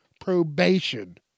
probation